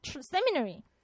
seminary